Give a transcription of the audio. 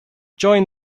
join